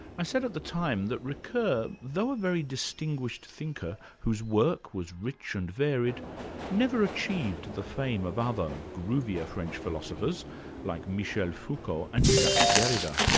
i said at the time that ricoeur, though a very distinguished thinker whose work was rich and varied never achieved the fame of other groovier french philosophers like michel foucault and jacques derrida